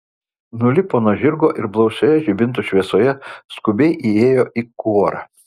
nulipo nuo žirgo ir blausioje žibintų šviesoje skubiai įėjo į kuorą